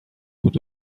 بود